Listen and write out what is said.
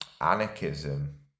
anarchism